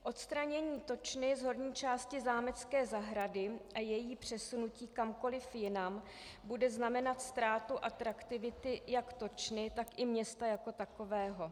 Odstranění točny z horní části zámecké zahrady a její přesunutí kamkoliv jinam bude znamenat ztrátu atraktivity jak točny, tak i města jako takového.